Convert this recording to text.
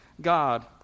God